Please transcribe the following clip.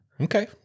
Okay